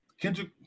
Kendrick